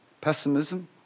pessimism